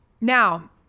Now